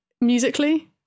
musically